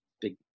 big